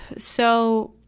so,